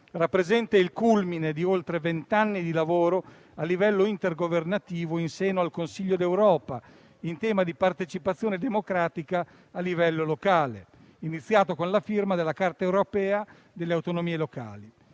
rappresenta il culmine di oltre vent'anni di lavoro a livello intergovernativo in seno al Consiglio d'Europa in tema di partecipazione democratica a livello locale, iniziato con la firma della Carta europea delle autonomie locali.